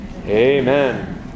Amen